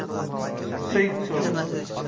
Syed Sahib